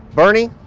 bernie.